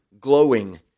glowing